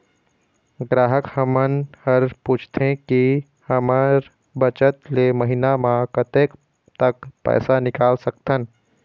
ग्राहक हमन हर पूछथें की हमर बचत ले महीना मा कतेक तक पैसा निकाल सकथन?